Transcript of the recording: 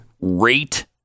rate